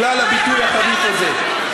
בגלל הביטוי החריף הזה.